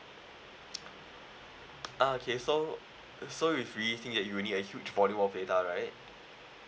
ah okay so so you really think that you would need a huge volume of data right